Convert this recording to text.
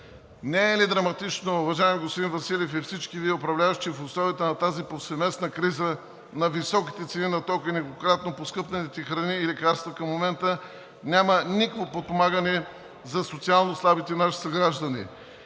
Не е ли драматично, уважаеми господин Василев и всички Вие управляващи, в условията на тази повсеместна криза, на високите цени на тока и неколкократно поскъпналите храни и лекарства към момента – няма никакво подпомагане за социалнослабите наши съграждани!